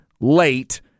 late